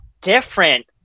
different